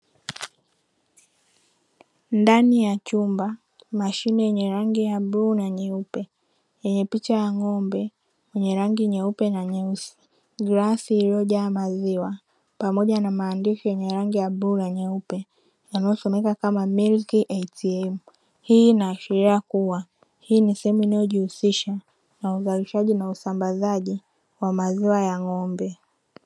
Ndani ya chumba mashine yenye rangi ya bluu na nyeupe yenye picha ya ng'ombe yenye rangi nyeupe na nyeusi grasi iliyojaa maziwa pamoja na maandishi yenye rangi ya bluu na nyeupe yanayosomeka kama "milk atm", hii inaashiria kuwa mimi feminist usambaza wa maziwa ya ng'ombe.